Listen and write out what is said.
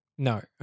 No